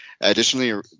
Additionally